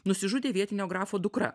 nusižudė vietinio grafo dukra